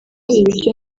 ibiryo